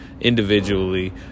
individually